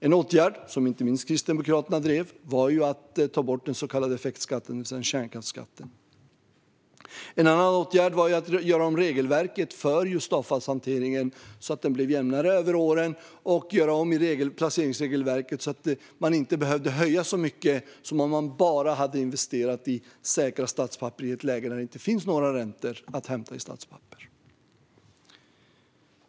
En åtgärd, som inte minst Kristdemokraterna drev på för, var att ta bort den så kallade effektskatten eller kärnkraftsskatten. En annan åtgärd var att göra om regelverket för avfallshanteringen så att den blev jämnare över åren och att göra om i placeringsregelverket så att man inte behövde höja så mycket som om man bara hade investerat i säkra statspapper i ett läge då det inte fanns några räntor att hämta i statspapper.